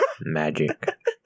magic